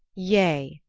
yea,